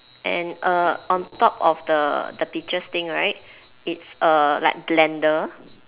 and err on top of the the peaches thing right it's err like blender